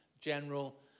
general